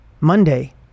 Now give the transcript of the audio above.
Monday